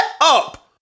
up